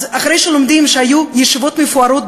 לומדים שהיו ישיבות מפוארות,